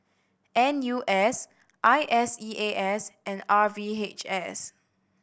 N U S I S E A S and R V H S